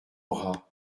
bras